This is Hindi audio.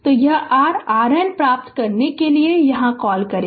तो यह r है RN प्राप्त करने के लिए क्या कॉल करें